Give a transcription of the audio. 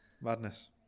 Madness